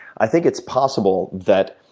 i think it's possible that